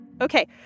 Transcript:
Okay